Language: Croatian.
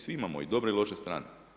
Svi imamo i dobre i loše strane.